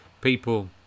people